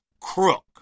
crook